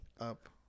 up